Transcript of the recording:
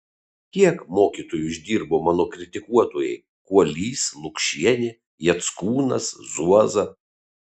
kiek mokytoju išdirbo mano kritikuotojai kuolys lukšienė jackūnas zuoza